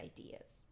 ideas